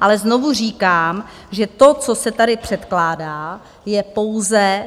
Ale znovu říkám, že to, co se tady předkládá, je pouze